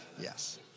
Yes